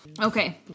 Okay